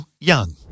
Young